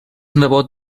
nebot